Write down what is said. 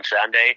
Sunday